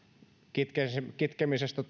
kitkemisestä kitkemisestä